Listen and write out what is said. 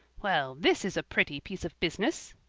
well, this is a pretty piece of business!